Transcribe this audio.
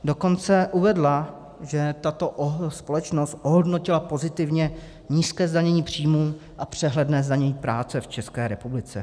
Dokonce uvedla, že tato společnost ohodnotila pozitivně nízké zdanění příjmů a přehledné zdanění práce v České republice.